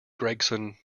gregson